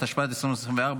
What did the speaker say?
התשפ"ד 2024,